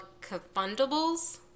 confundables